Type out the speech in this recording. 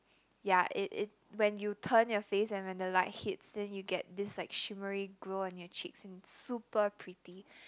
ya it it when you turn your face and when the light hits then you get this like shimmery glow on your cheeks and super pretty